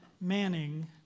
Manning